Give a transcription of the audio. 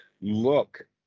look